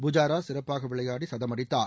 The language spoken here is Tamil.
புஜாரா சிறப்பாக விளையாடி சதம் அடித்தார்